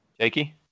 Jakey